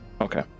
okay